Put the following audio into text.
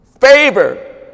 Favor